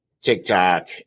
TikTok